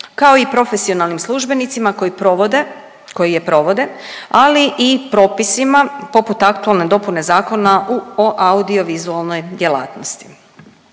kao i profesionalnim službenicima koji je provode, ali i propisima poput aktualne dopune Zakona o audiovizualnoj djelatnosti.